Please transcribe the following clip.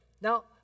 Now